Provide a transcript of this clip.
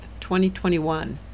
2021